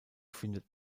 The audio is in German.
findet